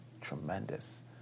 tremendous